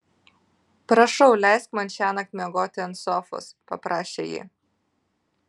prašau leisk man šiąnakt miegoti ant sofos paprašė ji